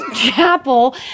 chapel